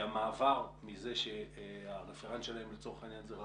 שהמעבר מזה שהרפרנט שלהם, לצורך העניין זה רח"ל,